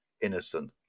innocent